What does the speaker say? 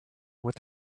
with